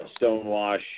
stonewash